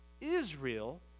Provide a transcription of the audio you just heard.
Israel